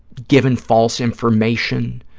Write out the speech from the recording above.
given false information,